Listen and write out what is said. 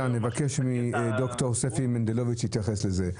נבקש מד"ר ספי מנדלוביץ להתייחס לזה.